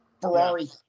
Ferrari